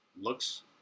looks